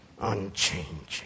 unchanging